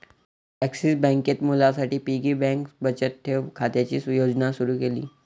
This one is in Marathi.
ॲक्सिस बँकेत मुलांसाठी पिगी बँक बचत ठेव खात्याची योजना सुरू केली